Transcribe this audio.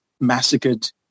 massacred